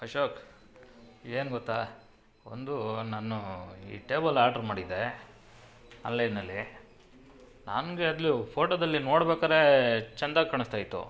ಅಶೋಕ್ ಏನು ಗೊತ್ತಾ ಒಂದು ನಾನು ಈ ಟೇಬಲ್ ಆಡ್ರ್ ಮಾಡಿದ್ದೆ ಆನ್ಲೈನಲ್ಲಿ ನನ್ಗೆ ಅದು ಫೋಟೋದಲ್ಲಿ ನೋಡ್ಬೇಕಾರೇ ಚಂದ ಕಾಣಿಸ್ತಾ ಇತ್ತು